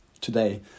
today